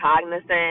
cognizant